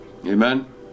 Amen